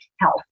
health